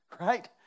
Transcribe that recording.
right